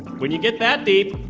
when you get that deep,